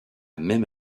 même